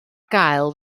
gael